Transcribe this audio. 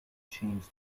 change